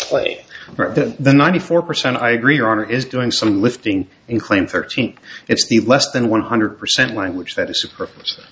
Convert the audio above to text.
play the ninety four percent i agree on is doing some lifting in claim thirteen it's the less than one hundred percent language that is superf